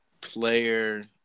player